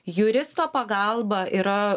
juristo pagalba yra